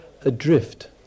adrift